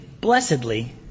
blessedly